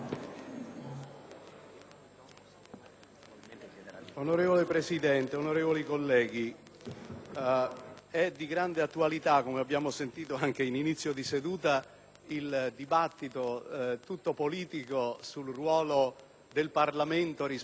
Onorevole Presidente, onorevoli colleghi, è di grande attualità, come abbiamo sentito anche in inizio di seduta, il dibattito tutto politico sul ruolo del Parlamento rispetto alle iniziative e alle proposte del Governo e viceversa.